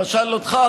למשל אותך,